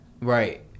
Right